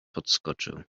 podskoczył